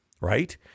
right